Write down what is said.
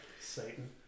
Satan